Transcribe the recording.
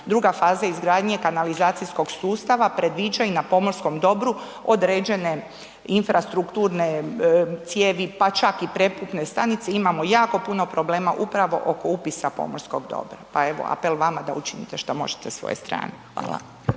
druga faza izgradnje kanalizacijskog sustava predviđa i na pomorskom dobru određene infrastrukturne cijevi pa čak i preputne stanice, imamo jako puno problema upravo oko upisa pomorskog dobra pa evo apel vama da učinite šta možete sa svoje strane. Hvala.